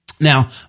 Now